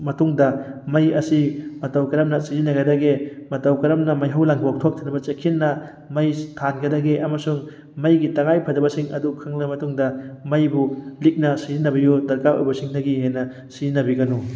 ꯃꯇꯨꯡꯗ ꯃꯩ ꯑꯁꯤ ꯃꯇꯧ ꯀꯔꯝꯅ ꯁꯤꯖꯤꯟꯅꯒꯗꯒꯦ ꯃꯇꯧ ꯀꯔꯝꯅ ꯃꯩꯍꯧ ꯂꯥꯡꯄꯣꯛ ꯊꯣꯛꯇꯅꯕ ꯆꯦꯛꯁꯤꯟꯅ ꯃꯩ ꯊꯥꯟꯒꯗꯒꯦ ꯑꯃꯁꯨꯡ ꯃꯩꯒꯤ ꯇꯉꯥꯏꯐꯗꯕꯁꯤꯡ ꯑꯗꯨ ꯈꯪꯂꯕ ꯃꯇꯨꯡꯗ ꯃꯩꯕꯨ ꯂꯤꯛꯅ ꯁꯤꯖꯤꯟꯅꯕꯤꯌꯨ ꯗꯔꯀꯥꯔ ꯑꯣꯏꯕꯁꯤꯡꯗꯒꯤ ꯍꯦꯟꯅ ꯁꯤꯖꯤꯟꯅꯕꯤꯒꯅꯨ